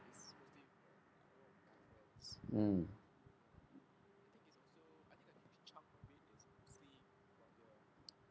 mm